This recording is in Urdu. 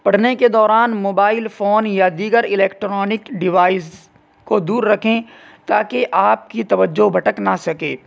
پڑھنے کے دوران موبائل فون یا دیگر الیکٹرانک ڈوائز کو دور رکھیں تاکہ آپ کی توجہ بھٹک نہ سکے